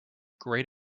great